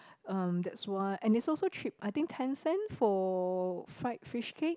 um that's why and it's also cheap I think ten cents for fried fishcake